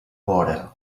vora